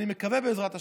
אני מקווה, בעזרת השם,